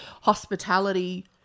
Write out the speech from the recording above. hospitality